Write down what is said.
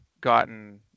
gotten